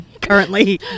currently